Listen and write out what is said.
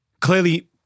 clearly